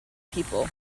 people